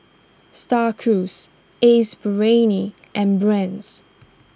Star Cruise Ace Brainery and Brand's